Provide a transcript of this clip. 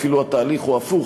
אפילו התהליך הוא הפוך,